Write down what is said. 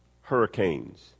hurricanes